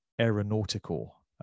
aeronautical